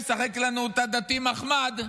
משחק לנו אותה דתי מחמד,